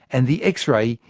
and the x-ray,